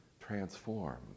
transformed